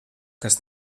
kas